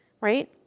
right